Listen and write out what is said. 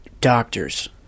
Doctors